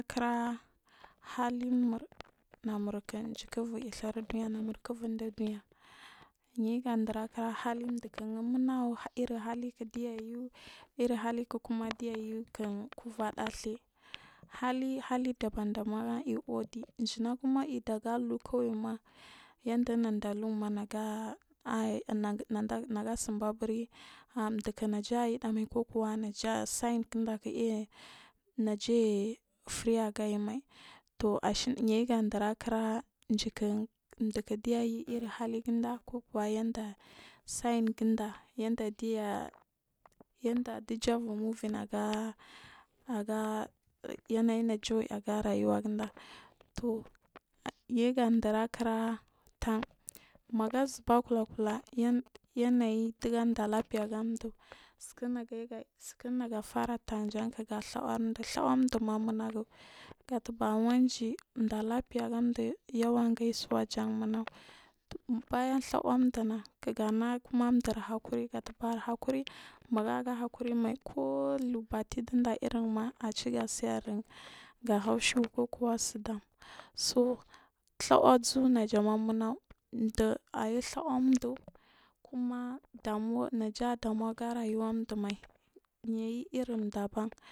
Arkira halirmul namirk ɗubur ɗhu uɗuniya jikik uvur ɗhhir uɗu niya yayu kenɗir arkir halil ɗul u unmungagu irri halimk ɗiya yuu halik ɗiya yu kin kullada ɗjary hali hali daban ɗaban ai uɗi ji mnagum aiɗaga lukawama yanda ɗunanɗa lun managa aiy nagasinb amai abur ɗuku ayiɗamai kukuw a naja saiyin ginda nnajai free agai mai tuo ashin yayi ga ɗir arkira jik ɗuku ɗiyayi haliginda kukuwaya nda sain gunda yenɗɗaɗiya yanda ɗiyabur muvin aga yanayin agara yuwa gunda tun yayi gaɗir arkir a tan magazuba kullakula yanayr diga da lab fe aga duu siku nega fa ratan ga ɗhiawanduu ɗhawa ɗuuma munagu ɗar labfe ganduu yawan gaisuwa jan munagun ba yan ɗhawan ɗuuna kikgane kira ɗuur hekuri ke tamar hakuri maga ga hakurimai ku tuu baɗty ɗida irinma asarun ga heush ikukkuwa sudam so ɗhawa suna jama mungu duu ayi ɗhawa vuuh kuma ɗamuma naja ɗamu aga rayuwar ɗumai yayi irin ɗuu ban.